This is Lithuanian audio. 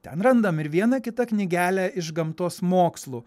ten randam ir vieną kitą knygelę iš gamtos mokslų